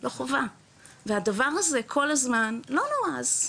לא חובה והדבר הזה כל הזמן לא נורא אז בסדר,